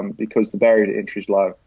um because the barrier to entry is low.